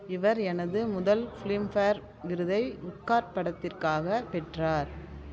இவர் எனது முதல் ஃப்லிம்ஃபேர் விருதை உப்கார் படத்திற்காகப் பெற்றார்